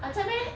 还在 meh